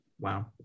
wow